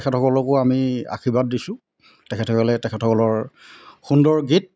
তেখেতসকলকো আমি আশীৰ্বাদ দিছোঁ তেখেতসকলে তেখেতসকলৰ সুন্দৰ গীত